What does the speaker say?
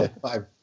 five